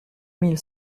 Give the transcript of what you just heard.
mille